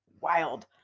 wild